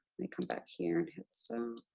me come back here and hit stop.